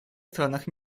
странах